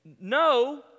No